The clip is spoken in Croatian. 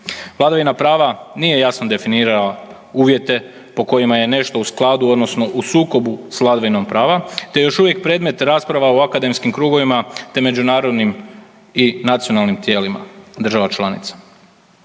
Vladavina prava nije jasno definirala uvjete po kojima je nešto u skladu odnosno u sukobu s vladavinom prava te je još uvijek predmet rasprava u akademskim krugovima te međunarodnim i nacionalnim tijelima država članica.